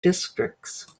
districts